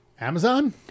amazon